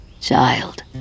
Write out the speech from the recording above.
Child